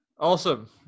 Awesome